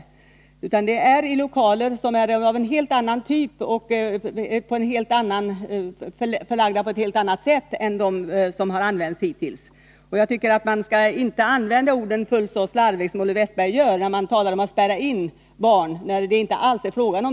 Det är alltså fråga om lokaler som är av en helt annan typ och som är förlagda på ett helt annat sätt än de som använts hittills. Jag tycker inte att man skall använda orden fullt så slarvigt som Olle Wästberg i Stockholm gör när han talar om att spärra in barn, något som det inte alls är fråga om.